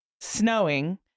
snowing